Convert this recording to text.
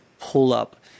pull-up